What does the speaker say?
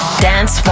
Dance